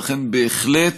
ולכן בהחלט